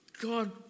God